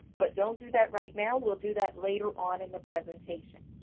but don't do that right now we'll do that later on in the presentation.